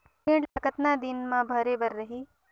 ऋण ला कतना दिन मा भरे बर रही?